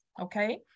okay